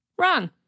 Wrong